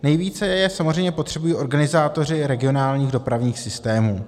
Nejvíce je samozřejmě potřebují organizátoři regionálních dopravních systémů.